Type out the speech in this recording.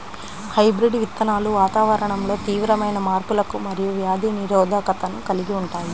hybrid విత్తనాలు వాతావరణంలో తీవ్రమైన మార్పులకు మరియు వ్యాధి నిరోధకతను కలిగి ఉంటాయి